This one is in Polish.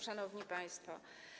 Szanowni Państwo!